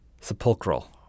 Sepulchral